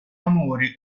amore